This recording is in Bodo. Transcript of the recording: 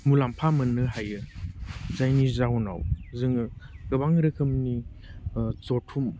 मुलाम्फा मोन्नो हायो जायनि जाउनाव जोङो गोबां रोखोमनि जथुम